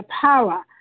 power